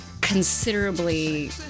considerably